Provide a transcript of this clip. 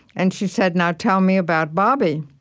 and she said, now tell me about bobby.